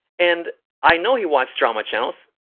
and i know he watches drama channels,